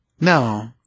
No